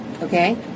Okay